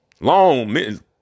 long